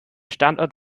standort